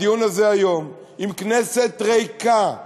הדיון הזה היום עם כנסת ריקה,